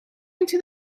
into